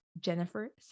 Jennifer